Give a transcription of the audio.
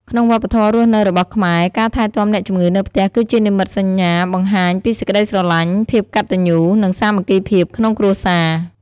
ក្នុងវប្បធម៌រស់នៅរបស់ខ្មែរ ការថែទាំអ្នកជម្ងឺនៅផ្ទះគឺជានិមិត្តសញ្ញាបង្ហាញពីសេចក្ដីស្រឡាញ់ ភាពកត្តញ្ញូ និងសាមគ្គីភាពក្នុងគ្រួសារ។